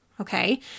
Okay